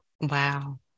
Wow